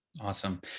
Awesome